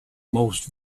most